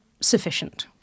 sufficient